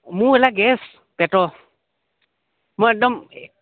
মোৰ এলা গেছ পেটৰ মই একদম